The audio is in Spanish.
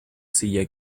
silla